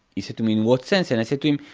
he said to me in what sense? and i said to him,